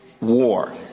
war